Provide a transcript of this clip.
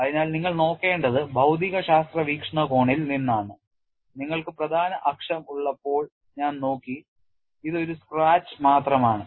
അതിനാൽ നിങ്ങൾ നോക്കേണ്ടത് ഭൌതികശാസ്ത്ര വീക്ഷണകോണിൽ നിന്നാണ് നിങ്ങൾക്ക് പ്രധാന അക്ഷം ഉള്ളപ്പോൾ ഞാൻ നോക്കി ഇത് ഒരു സ്ക്രാച്ച് മാത്രമാണ്